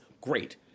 Great